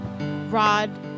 rod